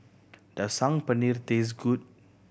does Saag Paneer taste good